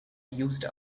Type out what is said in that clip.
used